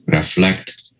Reflect